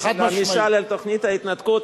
על תוכנית ההתנתקות,